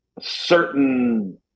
certain